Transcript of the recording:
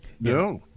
No